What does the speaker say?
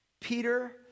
Peter